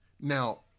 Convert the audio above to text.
Now